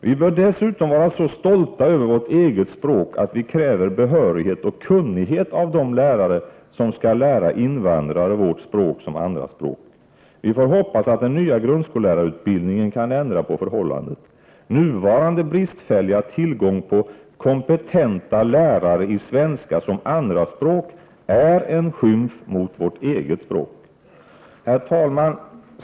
Vi bör dessutom vara så stolta över vårt eget språk att vi kräver behörighet och kunnighet av de lärare som skall lära invandrare vårt språk som andraspråk. Vi får hoppas att den nya grundskollärarutbildningen kan ändra på förhållandet. Nuvarande bristfälliga tillgång till kompetenta lärare i svenska som andra språk är en skymf mot vårt eget språk. Herr talman!